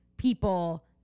people